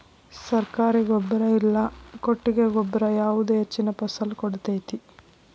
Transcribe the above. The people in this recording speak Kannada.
ಸರ್ಕಾರಿ ಗೊಬ್ಬರ ಇಲ್ಲಾ ಕೊಟ್ಟಿಗೆ ಗೊಬ್ಬರ ಯಾವುದು ಹೆಚ್ಚಿನ ಫಸಲ್ ಕೊಡತೈತಿ?